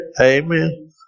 Amen